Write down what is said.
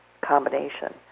combination